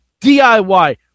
diy